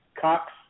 Cox